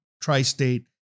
tri-state